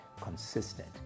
consistent